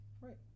Right